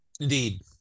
Indeed